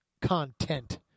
content